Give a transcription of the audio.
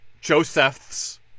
Joseph's